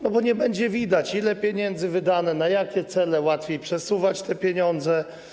Nie będzie widać, ile pieniędzy wydane, na jakie cele, łatwiej przesuwać te pieniądze.